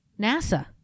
NASA